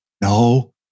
No